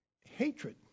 Hatred